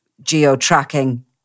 geo-tracking